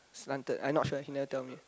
slanted I not sure he never tell me